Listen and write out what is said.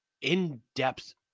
in-depth